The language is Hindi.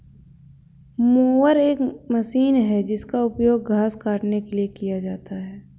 मोवर एक मशीन है जिसका उपयोग घास काटने के लिए किया जाता है